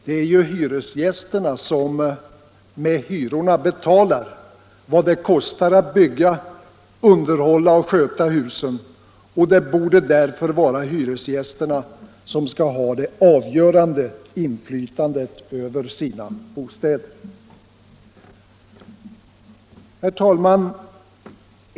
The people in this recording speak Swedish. Det är ju hyresgästerna som med hyrorna betalar vad det kostar att bygga, underhålla och sköta husen, och det borde därför vara hyresgästerna som skall ha det avgörande inflytandet över sina bostäder. Herr talman!